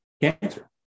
cancer